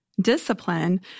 discipline